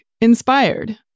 Inspired